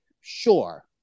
sure